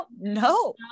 no